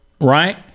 Right